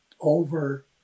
over-